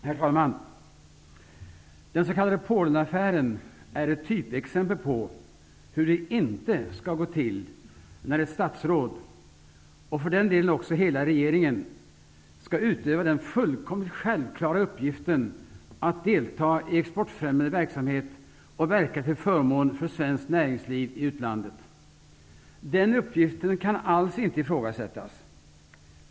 Herr talman! Den s.k. Polenaffären är ett typexempel på hur det inte skall gå till när ett statsråd -- och för den delen, hela regeringen -- skall utöva den fullkomligt självklara uppgiften att delta i exportfrämjande verksamhet och verka till förmån för svenskt näringsliv i utlandet. Den uppgiften kan alls inte ifrågasättas.